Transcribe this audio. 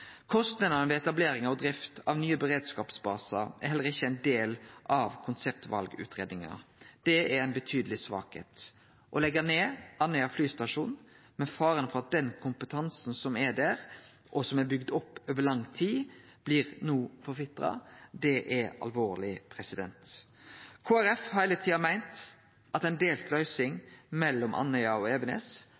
ved etablering og drift av nye beredskapsbasar er heller ikkje ein del av konseptvalutgreiinga. Det er ei betydeleg svakheit. Å leggje ned Andøya flystasjon, med fare for at den kompetansen som er der, og som er bygd opp over lang tid, forvitrar – det er alvorleg. Kristeleg Folkeparti har heile tida meint at ei delt løysing mellom Andøya og Evenes,